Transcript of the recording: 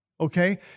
Okay